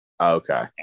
Okay